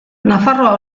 nafarroa